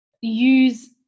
use